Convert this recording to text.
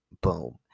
boom